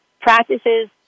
practices